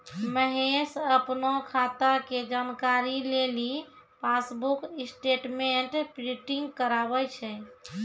महेश अपनो खाता के जानकारी लेली पासबुक स्टेटमेंट प्रिंटिंग कराबै छै